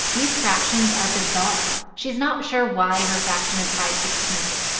these fractions are bizarre. she's not sure why her fraction is five sixteenths.